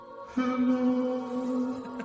Hello